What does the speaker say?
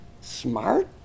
Smart